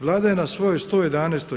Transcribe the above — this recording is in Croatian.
Vlada je na svojoj 111.